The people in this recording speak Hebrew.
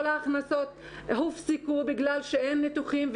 כל ההכנסות הופסקו בגלל שאין ניתוחים,